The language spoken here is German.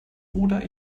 oder